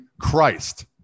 Christ